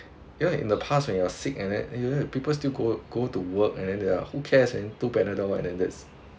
you know in the past when you are sick and then you have people still go go to work and then they are who cares man two panadol let them rest